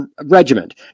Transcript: Regiment